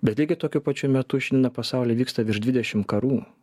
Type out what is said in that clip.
bet lygiai tokiu pačiu metu šiandieną pasaulyje vyksta virš dvidešim karų